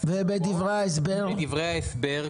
ובדברי ההסבר,